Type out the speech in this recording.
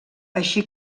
així